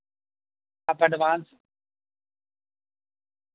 آپ ایڈوانس